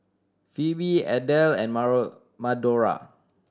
Phoebe Adell and Madora